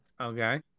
Okay